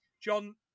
John